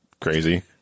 crazy